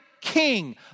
king